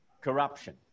corruption